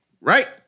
Right